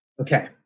Okay